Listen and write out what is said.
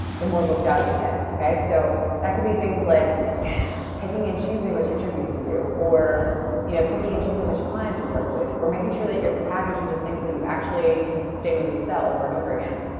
the more booked out you'll get. okay? so that could be things like picking and choosing which interviews you do, or you know picking and choosing which clients you work with. or making sure that your packages are things that you actually can sustainably sell over and over again.